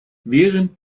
während